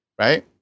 right